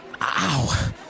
Ow